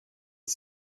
est